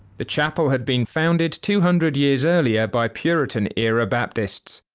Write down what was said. the chapel had been founded two hundred years earlier by puritan era baptists,